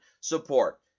support